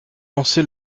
lancé